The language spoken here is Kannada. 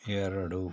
ಎರಡು